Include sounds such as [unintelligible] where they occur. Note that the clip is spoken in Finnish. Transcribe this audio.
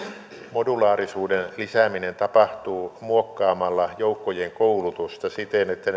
modulaarisuuden lisääminen tapahtuu muokkaamalla joukkojen koulutusta siten että [unintelligible]